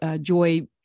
Joy